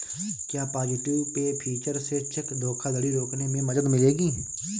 क्या positive pay feature से cheque धोखाधड़ी रोकने में मदद मिलेगी?